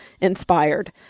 inspired